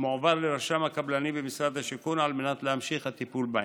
מועבר לרשם הקבלנים במשרד השיכון על מנת להמשיך את הטיפול בהם.